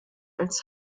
als